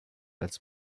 als